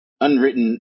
unwritten